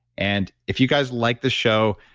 and if you guys liked the show,